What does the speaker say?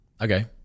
Okay